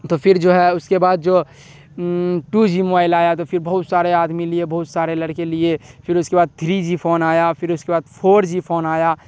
تو پھر جو ہے اس کے بعد جو ٹو جی موبائل آیا تو پھر بہت سارے آدمی لیے بہت سارے لڑکے لیے پھر اس کے بعد تھری جی فون آیا پھر اس کے بعد فور جی فون آیا